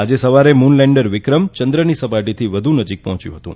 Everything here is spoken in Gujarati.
આજે સવારે મુન લેન્ડર વિક્રમ ચંદ્રની સપાટીથી વધુ નજીક પહોચ્યું હતું